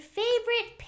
favorite